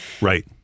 Right